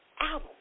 album